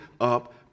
up